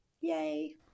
Yay